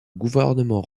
gouvernement